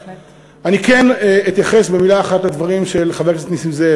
אני כן אתייחס במילה אחת לדברים של חבר הכנסת נסים זאב.